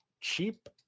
cheap